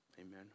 Amen